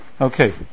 Okay